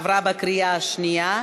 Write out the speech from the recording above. עברה בקריאה שנייה.